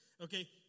okay